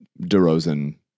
DeRozan